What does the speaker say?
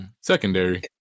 Secondary